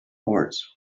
oars